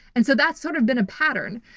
and so that's sort of been a pattern.